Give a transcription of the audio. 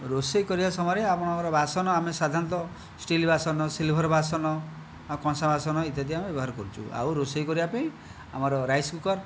ରୋଷେଇ କରିବା ସମୟରେ ଆପଣଙ୍କର ବାସନ ଆମେ ସାଧାରଣତଃ ଷ୍ଟିଲ୍ ବାସନ ସିଲଭର୍ ବାସନ ଆଉ କଂସା ବାସନ ଇତ୍ୟାଦି ଆମେ ବ୍ୟବହାର କରୁଛୁ ଆଉ ରୋଷେଇ କରିବା ପାଇଁ ଆମର ରାଇସ୍ କୁକର